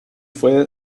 fue